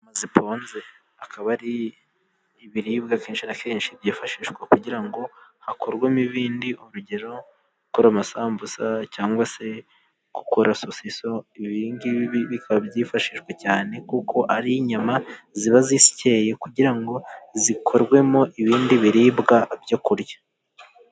Ziponze akaba ari ibiribwa kenshi na kenshi byifashishwa kugira ngo hakorwemo ibindi. Urugero gukora amasambusa cyangwa se gukora sosiso ibingibi bikaba byifashishwa cyane kuko ari inyama ziba ziseye, kugira ngo zikorwemo ibindi biribwa byo kurya.